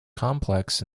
complex